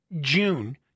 June